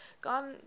gone